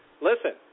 listen